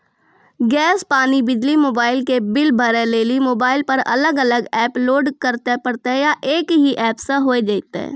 Gas, पानी, बिजली, mobile के बिल भरे लेली मोबाइल पर अलग अलग एप्प लोड करे परतै या एक ही एप्प से होय जेतै?